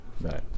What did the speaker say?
Right